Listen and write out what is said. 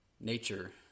nature